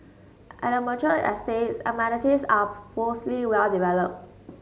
at the mature estates amenities are mostly well developed